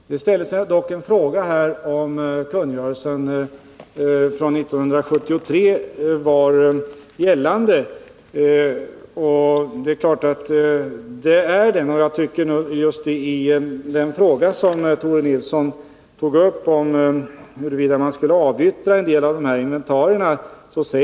Det ställdes en fråga om huruvida kungörelsen från 1973 var gällande. Det är klart att den gäller. Tore Nilsson tog upp frågan om huruvida man skulle avyttra en del av inventarierna.